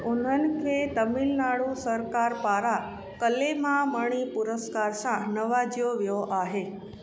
उन्हनि खे तमिलनाडु सरकारि पारां कलैमामणी पुरस्कार सां नवाज़ियो वियो आहे